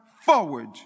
forward